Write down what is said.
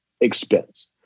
expense